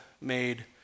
made